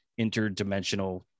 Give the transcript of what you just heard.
interdimensional